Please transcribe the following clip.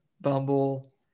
bumble